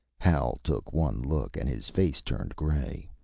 hal took one look, and his face turned gray.